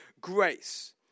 grace